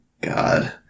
God